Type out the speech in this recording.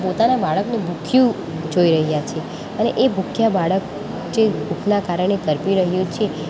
પોતાના બાળકને ભૂખ્યું જોઈ રહ્યા છે અને એ બાળક કે ભૂખના કારણે તડપી રહ્યું છે